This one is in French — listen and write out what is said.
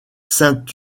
saint